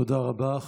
תודה רבה.